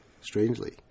strangely